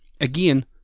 again